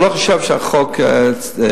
אני לא חושב שהחוק נכון.